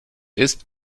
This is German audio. ist